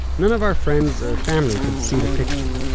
none of our friends or family could see the picture.